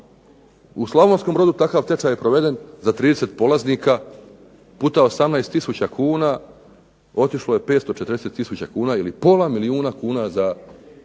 u Slavonskom Brodu je takav tečaj je proveden za 30 polaznika puta 18 tisuća kuna, otišlo je 540 tisuća kuna ili pola milijuna kuna za tečajce